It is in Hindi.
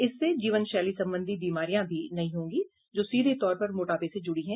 इससे जीवन शैली संबंधी बीमारियां भी नहीं होंगी जो सीधे तौर पर मोटापे से जुड़ी हैं